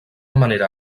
manera